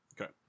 Okay